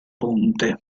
ponte